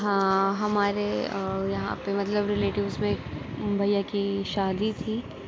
ہاں ہمارے یہاں پہ مطلب رلیٹیوز میں بھیا کی شادی تھی